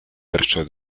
verso